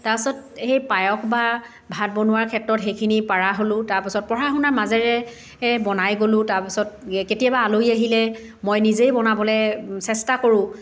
তাৰপাছত সেই পায়স বা ভাত বনোৱাৰ ক্ষেত্ৰত সেইখিনি পৰা হ'লোঁ তাৰপাছত পঢ়া শুনাৰ মাজেৰে বনাই গ'লোঁ তাৰপাছত কেতিয়াবা আলহী আহিলে মই নিজেই বনাবলৈ চেষ্টা কৰোঁ